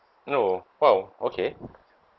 no !wow! okay